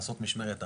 לעשות משמרת אחת.